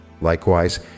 Likewise